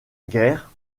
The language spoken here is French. guerre